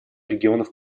регионов